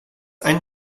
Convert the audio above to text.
ein